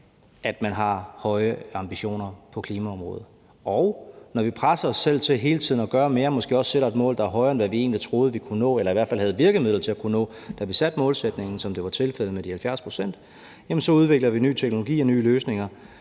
at man har høje ambitioner på klimaområdet. Og når vi presser os selv til hele tiden at gøre mere, måske også sætter et mål, der er højere, end hvad vi egentlig troede vi kunne nå eller i hvert fald havde virkemidler til at kunne nå, da vi satte målsætningen, som det var tilfældet med de 70 pct., udvikler vi ny teknologi og nye løsninger,